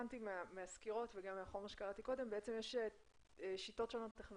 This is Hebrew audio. בשקף הבא רואים שעשינו אותו דבר במודל